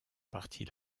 partie